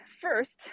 first